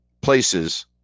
places